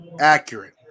accurate